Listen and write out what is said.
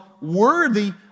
worthy